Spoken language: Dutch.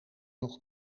nog